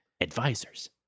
Advisors